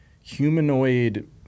humanoid